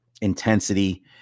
intensity